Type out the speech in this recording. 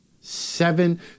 seven